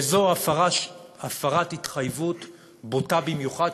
וזו הפרת התחייבות בוטה במיוחד,